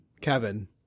Kevin